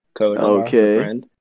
Okay